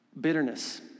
Bitterness